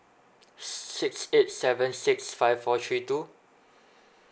six eight seven six five four three two